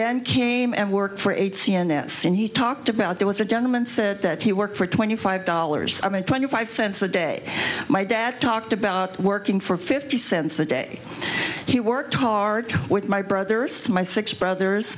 then came and worked for eight c n n and he talked about there was a gentleman said that he worked for twenty five dollars i mean twenty five cents a day my dad talked about working for fifty cents a day he worked hard with my brother smyth six brothers